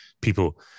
people